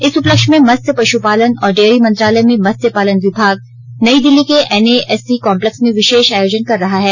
इस उपलक्ष्य में मत्स्य पशुपालन और डेयरी मंत्रालय में मत्स्य पालन विभाग नई दिल्ली के एनएएससी कॉम्प्लेक्स में विशेष आयोजन कर रहा है